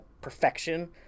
perfection